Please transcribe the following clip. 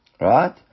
Right